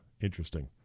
interesting